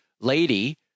lady